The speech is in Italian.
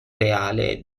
reale